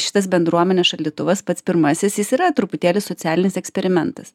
šitas bendruomenės šaldytuvas pats pirmasis jis yra truputėlį socialinis eksperimentas